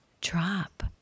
drop